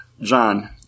John